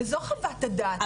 וזאת חוות הדעת.